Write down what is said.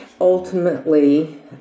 Ultimately